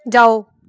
ਜਾਓ